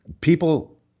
people